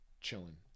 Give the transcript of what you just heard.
chilling